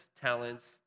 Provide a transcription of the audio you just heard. talents